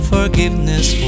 Forgiveness